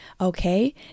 okay